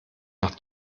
nach